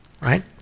right